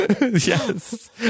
Yes